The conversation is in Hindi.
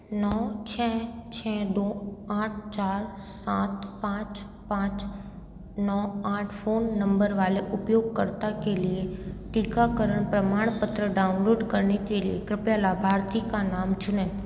नौ छः छः दो आठ चार सात पाँच पाँच नौ आठ फ़ोन नंबर वाले उपयोगकर्ता के लिए टीकाकरण प्रमाणपत्र डाउनलोड करने के लिए कृपया लाभार्थी का नाम चुनें